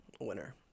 winner